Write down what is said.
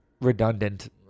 redundant